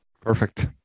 Perfect